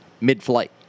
mid-flight